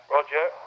Roger